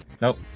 nope